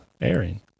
airing